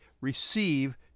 receive